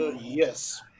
Yes